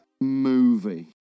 movie